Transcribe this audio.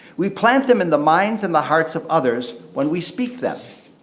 we plant them in the minds and the hearts of others when we speak them.